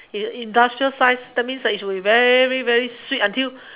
in~ industrial size that means should be very very sweet until